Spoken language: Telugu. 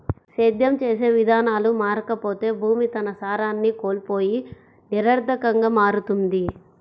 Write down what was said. సేద్యం చేసే విధానాలు మారకపోతే భూమి తన సారాన్ని కోల్పోయి నిరర్థకంగా మారుతుంది